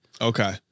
Okay